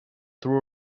threw